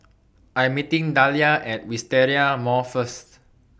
I Am meeting Dahlia At Wisteria Mall First